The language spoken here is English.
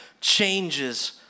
changes